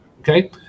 Okay